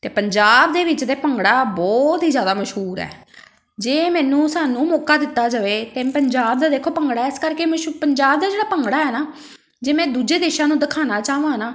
ਪੰਜਾਬ ਦੇ ਵਿੱਚ ਤਾਂ ਭੰਗੜਾ ਬਹੁਤ ਹੀ ਜ਼ਿਆਦਾ ਮਸ਼ਹੂਰ ਹੈ ਜੇ ਮੈਨੂੰ ਸਾਨੂੰ ਮੌਕਾ ਦਿੱਤਾ ਜਾਵੇ ਅਤੇ ਪੰਜਾਬ ਦਾ ਦੇਖੋ ਭੰਗੜਾ ਇਸ ਕਰਕੇ ਮਸ਼ ਪੰਜਾਬ ਦਾ ਜਿਹੜਾ ਭੰਗੜਾ ਹੈ ਨਾ ਜੇ ਮੈਂ ਦੂਜੇ ਦੇਸ਼ਾਂ ਨੂੰ ਦਿਖਾਉਣਾ ਚਾਹਵਾਂ ਨਾ